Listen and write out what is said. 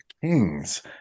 Kings